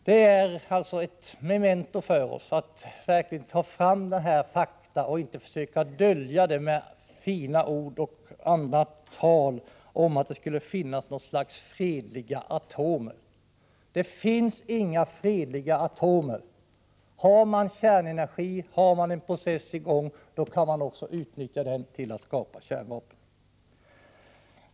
Detta är ett memento för oss att verkligen ta fram dessa fakta och att inte försöka dölja dem med fina ord och med tal om att det skulle finnas något slags fredliga atomer. Det finns inga fredliga atomer. Har man kärnenergi, har man en process i gång, och då kan man också utnyttja den till att skapa kärnvapen.